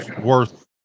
worth